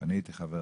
אני הייתי חבר